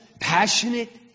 passionate